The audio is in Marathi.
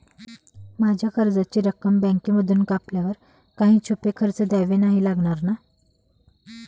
माझ्या कर्जाची रक्कम बँकेमधून कापल्यावर काही छुपे खर्च द्यावे नाही लागणार ना?